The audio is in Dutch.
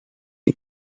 hij